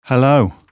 Hello